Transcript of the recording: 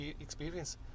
experience